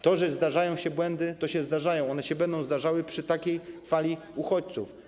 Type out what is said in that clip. To, że zdarzają się błędy, to fakt, się zdarzają, one się będą zdarzały przy takiej fali uchodźców.